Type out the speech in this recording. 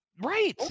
Right